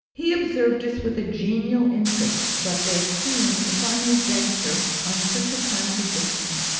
he observed us with a genial interest, but there seemed, if i may venture on such a contradiction,